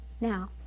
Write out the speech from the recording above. Now